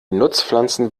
nutzpflanzen